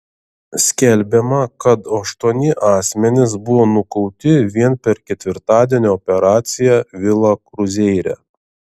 skelbiama kad aštuoni asmenys buvo nukauti vien per ketvirtadienio operaciją vila kruzeire